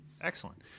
Excellent